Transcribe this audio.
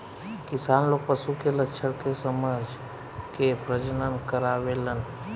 किसान लोग पशु के लक्षण के समझ के प्रजनन करावेलन